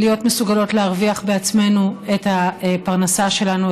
להיות מסוגלות להרוויח בעצמנו את הפרנסה שלנו,